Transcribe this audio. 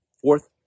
Fourth